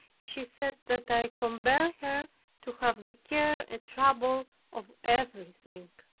she said that i compelled her to have the care and trouble of everything.